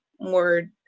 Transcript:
more